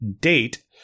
date